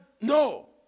No